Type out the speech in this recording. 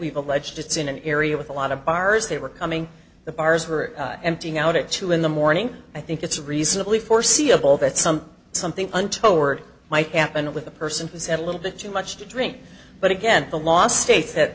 we've alleged it's in an area with a lot of bars they were coming the bars were emptying out at two in the morning i think it's reasonably foreseeable that some something untoward might happen with a person who's had a little bit too much to drink but again the last state